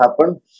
happen